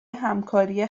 همکاری